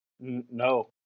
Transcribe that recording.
No